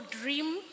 dream